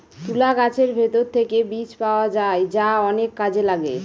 তুলা গাছের ভেতর থেকে বীজ পাওয়া যায় যা অনেক কাজে লাগে